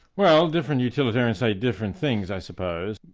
well different utilitarians say different things, i suppose.